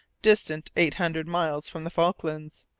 distant eight hundred miles from the falklands.